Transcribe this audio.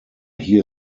hier